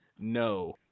no